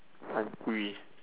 hungry